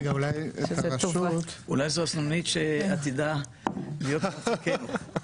אולי זוהי הסנונית שעתידה להיות מפקדת.